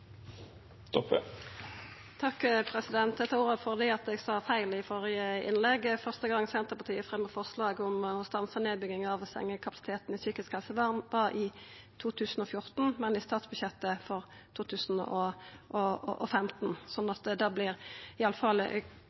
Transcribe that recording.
Eg tar ordet fordi eg sa feil i førre innlegg. Eg sa at første gongen Senterpartiet fremja forslag om å stansa nedbygging av sengekapasiteten i psykisk helsevern, var i 2014, men det var i statsbudsjettet for 2015. – Så vert det